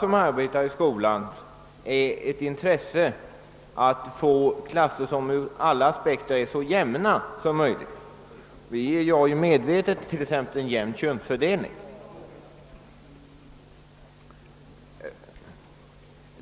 som arbetar i skolan är intresserade av att få klasser som från alla synpunkter är så jämna som möjligt. Vi försöker t.ex. åstadkomma en jämn könsfördelning.